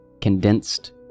condensed